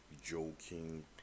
joking